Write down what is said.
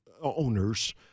owners